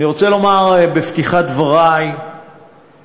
אני רוצה לומר בפתיחת דברי שבאמת,